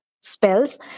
spells